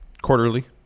Quarterly